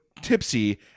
tipsy